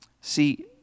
See